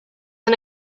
and